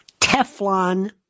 Teflon